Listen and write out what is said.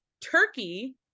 turkey